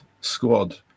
squad